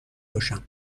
باشم